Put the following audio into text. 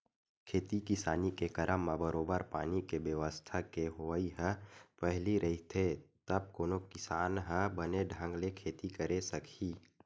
खेती किसानी के करब म बरोबर पानी के बेवस्था के होवई ह पहिली रहिथे तब कोनो किसान ह बने ढंग ले खेती करे सकही